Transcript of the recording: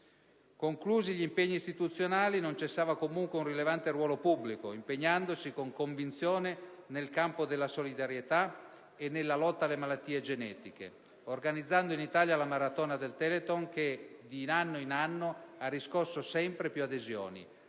Conclusi gli impegni istituzionali, la senatrice Agnelli non cessava comunque di ricoprire un rilevante ruolo pubblico, impegnandosi con convinzione nel campo della solidarietà e nella lotta alle malattie genetiche, organizzando in Italia la maratona Telethon che di anno in anno ha riscosso sempre più adesioni,